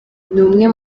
umwe